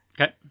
Okay